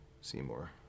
Seymour